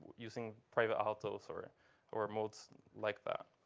using private autos or or modes like that.